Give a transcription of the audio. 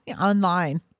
online